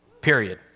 Period